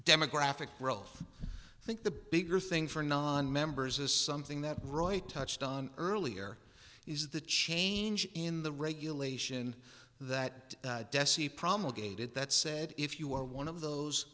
demographic growth think the bigger thing for nonmembers is something that roy touched on earlier is the change in the regulation that dessie promulgated that said if you are one of those